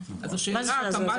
אז השאלה --- מה זה השנה הזו?